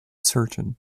certain